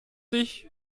dich